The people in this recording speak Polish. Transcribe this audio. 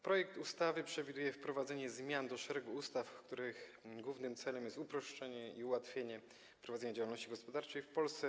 Projekt ustawy przewiduje wprowadzenie zmian do szeregu ustaw, których głównym celem jest uproszczenie i ułatwienie prowadzenia działalności gospodarczej w Polsce.